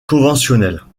conventionnelles